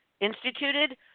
instituted